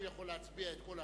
הוא יכול להצביע את כל ההצבעה.